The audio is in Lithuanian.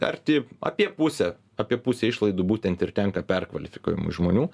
arti apie pusę apie pusę išlaidų būtent ir tenka perkvalifikavimui žmonių